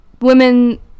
women